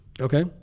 Okay